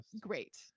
great